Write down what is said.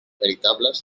veritables